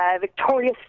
Victoria